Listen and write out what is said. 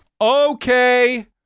Okay